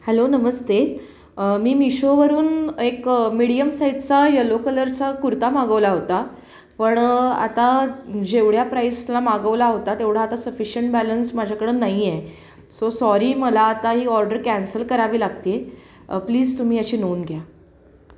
hello नमस्ते मी मिशोवरून एक मीडियम साईजचा यलो कलरचा कुर्ता मागवला होता पण आता जेवढ्या प्राईसला मागवला होता तेवढा आता सफिशियंट बॅलन्स माझ्याकडं नाही आहे सो सॉरी मला आता ही ऑर्डर कॅन्सल करावी लागते आहे प्लीज तुम्ही याची नोंद घ्या